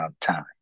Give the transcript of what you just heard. time